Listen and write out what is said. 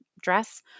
dress